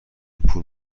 پول